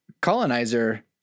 colonizer